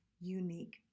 unique